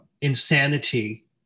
insanity